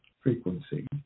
frequency